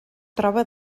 troba